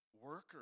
workers